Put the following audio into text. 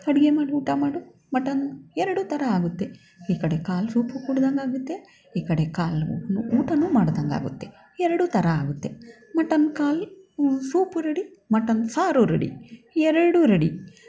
ಅಡುಗೆ ಮಾಡು ಊಟ ಮಾಡು ಮಟನ್ ಎರಡು ಥರ ಆಗುತ್ತೆ ಈ ಕಡೆ ಕಾಲು ಸೂಪು ಕುಡ್ದಂತಾಗುತ್ತೆ ಈ ಕಡೆ ಕಾಲು ಊಟನೂ ಮಾಡ್ದಂತಾಗುತ್ತೆ ಎರಡೂ ಥರ ಆಗುತ್ತೆ ಮಟನ್ ಖಾಲಿ ಸೂಪು ರೆಡಿ ಮಟನ್ ಸಾರು ರೆಡಿ ಎರಡು ರೆಡಿ